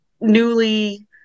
newly